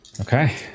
okay